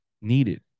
needed